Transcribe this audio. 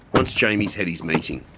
once jamie's had his meeting.